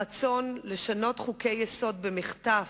הרצון לשנות חוקי-יסוד במחטף,